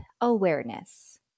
Awareness